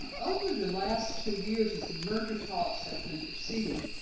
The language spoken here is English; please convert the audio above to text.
over the last two years, as the merger talks have been proceeding,